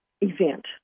event